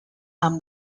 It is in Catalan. amb